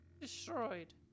destroyed